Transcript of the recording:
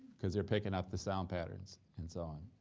cause they're picking up the sound patterns and so on.